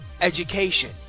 Education